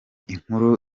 inkuru